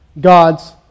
God's